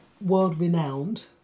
world-renowned